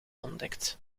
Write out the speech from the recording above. ontdekt